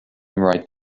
right